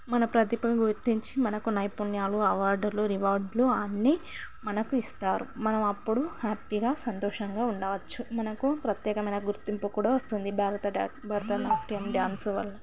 మన ప్రతిభ గుర్తించి మనకు నైపుణ్యాలు అవార్డులు రివార్డులు అన్ని మనకు ఇస్తారు మనం అప్పుడు హ్యాపీగా సంతోషంగా ఉండవచ్చు మనకు ప్రత్యేకమైన గుర్తింపు కూడా వస్తుంది భారతడ్యా భరతనాట్యం డ్యాన్సు వల్ల